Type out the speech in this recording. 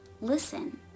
listen